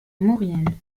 maurienne